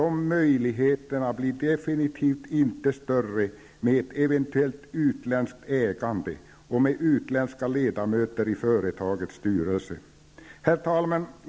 De möjligheterna blir definitivt inte större med eventuellt utländskt ägande och med utländska ledamöter i företagets styrelse. Herr talman!